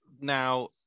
Now